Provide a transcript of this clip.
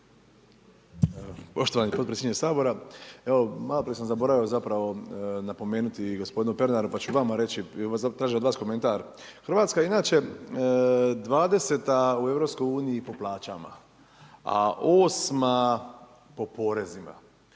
Poštovani potpredsjedniče Sabora, evo maloprije sam zaboravio zapravo napomenuti gospodinu Pernaru pa ću vama reći, tražit od vas komentar. Hrvatska je inače 20a u EU po plaćama, a osma po porezima.